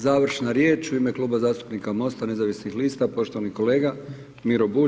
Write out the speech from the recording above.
Završna riječ u ime Kluba zastupnika MOST-a nezavisnih lista, poštovani kolega Miro Bulj.